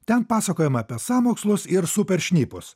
ten pasakojama apie sąmokslus ir super šnipus